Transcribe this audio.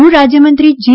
ગૃહરાજ્યમંત્રી જી